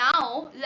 Now